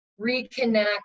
reconnect